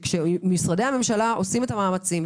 כשמשרדי הממשלה עושים את המאמצים,